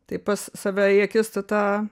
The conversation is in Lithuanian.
tai pas save į akistatą